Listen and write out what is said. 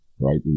right